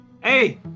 Hey